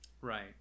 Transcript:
Right